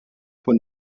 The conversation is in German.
von